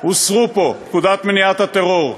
הוסרו פה: פקודת מניעת טרור,